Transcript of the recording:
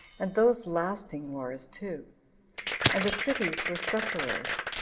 and those lasting wars too and the cities were sufferers,